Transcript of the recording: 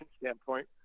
standpoint